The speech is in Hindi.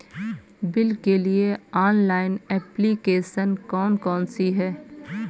बिल के लिए ऑनलाइन एप्लीकेशन कौन कौन सी हैं?